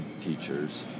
teachers